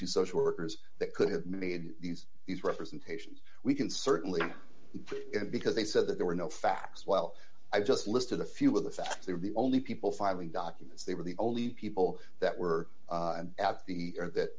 two social workers that could have made these these representations we can certainly put it because they said that there were no facts well i just listed a few of the facts they were the only people filing documents they were the only people that were at the that